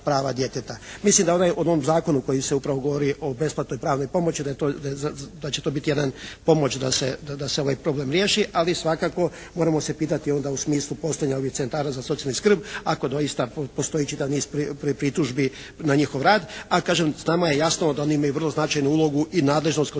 Mislim da u novom zakonu koji se upravo govori o besplatnoj pravnoj pomoći da će to biti jedna pomoć da se ovaj problem riješi, ali svakako moramo se pitati onda u smislu postojanja ovih centara za socijalnu skrb ako doista postoji čitav niz pritužbi na njihov rad, a kažem nama je jasno da oni imaju vrlo značajnu ulogu i nadležnost kroz